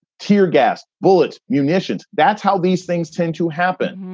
tear gas, bullets, munitions. that's how these things tend to happen.